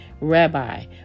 Rabbi